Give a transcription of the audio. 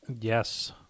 Yes